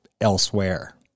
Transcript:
elsewhere